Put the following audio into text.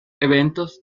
eventos